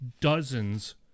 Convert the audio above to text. dozens